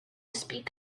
speak